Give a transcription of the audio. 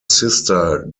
sister